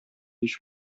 һич